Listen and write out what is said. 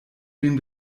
den